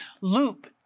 loop